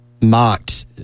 mocked